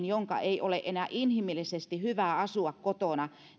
jonka ei ole enää inhimillisesti hyvä asua kotona